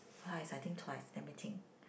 twice I think twice let me think